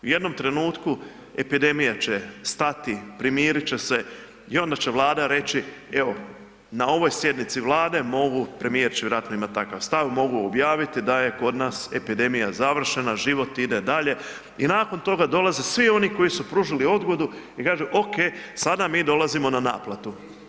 U jednom trenutku epidemija će stati, primirit će se i onda će Vlada reći evo na ovoj sjednici Vlade, premijer će vjerojatno imati takav stav, mogu objaviti da je kod nas epidemija završena, život ide dalje i nakon toga dolaze svi oni koji pružili odgodu i kažu ok, sada mi dolazimo na naplatu.